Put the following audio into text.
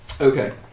Okay